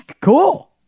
cool